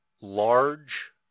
large